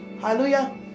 Hallelujah